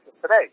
today